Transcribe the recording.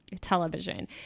television